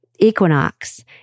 Equinox